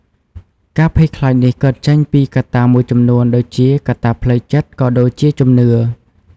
ការភ័យខ្លាចនេះកើតចេញពីកត្តាមួយចំនួនដូចជាកត្តាផ្លូវចិត្ត ក៏ដូចជាជំនឿ។